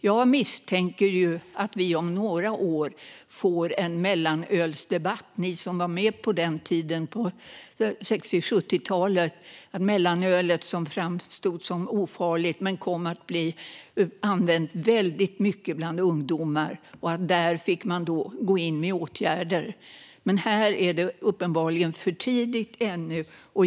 Jag misstänker att vi om några år får en ny "mellanölsdebatt". Ni som var med på 60 och 70-talet minns mellanölet, som framställdes som ofarligt men kom att bli väldigt mycket använt bland ungdomar. Där fick man gå in med åtgärder, men här är det uppenbarligen ännu för tidigt.